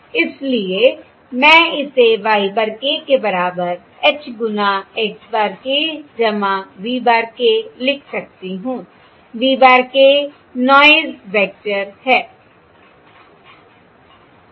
इसलिए मैं इसे y bar k के बराबर H गुना x bar k v bar k लिख सकती हूं v bar k noise vector है